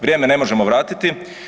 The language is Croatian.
Vrijeme ne možemo vratiti.